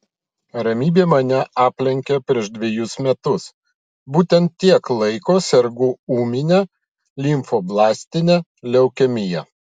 ramybė mane aplenkė prieš dvejus metus būtent tiek laiko sergu ūmine limfoblastine leukemija